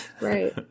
Right